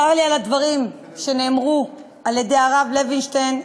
צר לי על הדברים שנאמרו על-ידי הרב לוינשטיין,